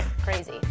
crazy